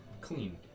clean